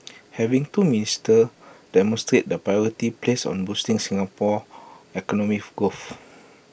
having two ministers demonstrates the priority placed on boosting Singapore's economic growth